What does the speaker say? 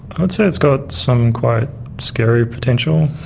i'd say it's got some quite scary potential,